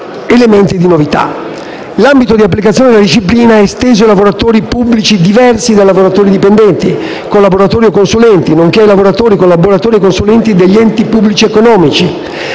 elementi di novità. L'ambito di applicazione della disciplina è esteso ai lavoratori pubblici diversi dai lavoratori dipendenti (collaboratori o consulenti), nonché ai lavoratori, collaboratori e consulenti degli enti pubblici economici,